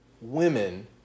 women